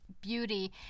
beauty